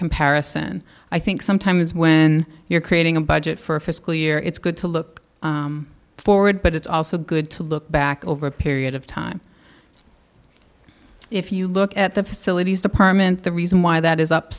comparison i think sometimes when you're creating a budget for fiscal year it's good to look forward but it's also good to look back over a period of time if you look at the facilities department the reason why that is up